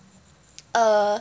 uh